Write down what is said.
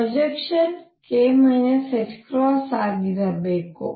projection k ℏ ಆಗಿರಬೇಕು